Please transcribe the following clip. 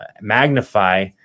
magnify